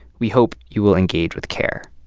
we hope you will engage with care